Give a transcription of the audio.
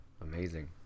Amazing